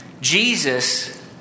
Jesus